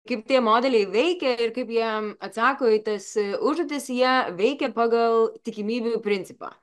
kaip tie modeliai veikia ir kaip jie atsako į tas užduotis jie veikia pagal tikimybių principą